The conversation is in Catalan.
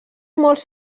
molts